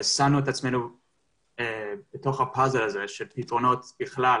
עצמנו בתוך הפאזל הזה של פתרונות בכלל